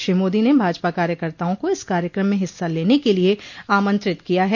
श्री मोदी ने भाजपा कार्यकर्ताओं को इस कार्यक्रम में हिस्सा लेने के लिए आमंत्रित किया है